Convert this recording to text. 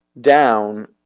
down